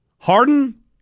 Harden